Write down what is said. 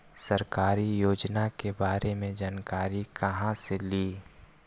सरकारी योजना के बारे मे जानकारी कहा से ली?